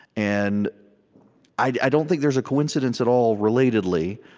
and i don't think there's a coincidence at all, relatedly,